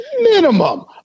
minimum